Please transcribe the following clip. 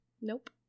Nope